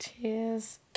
cheers